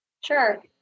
Sure